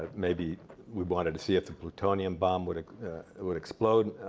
maybe we wanted to see if the plutonium bomb would ah would explode.